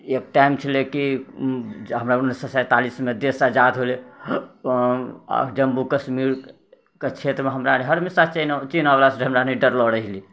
एक टाइम छलै कि हमरा उन्नेस सए सैंतालिसमे देश आजाद होलै जम्मू कश्मीरके क्षेत्रमे हमरा हर हमेशा चाइना चाइनावलासँ हमराएनी डरलओ रहै छलियै